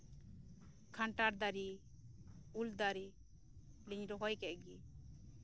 ᱠᱟᱱᱴᱷᱟᱲ ᱫᱟᱨᱮ ᱩᱞ ᱫᱟᱨᱮ ᱞᱤᱧ ᱨᱚᱦᱚᱭ ᱠᱮᱜ ᱜᱮ